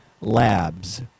Labs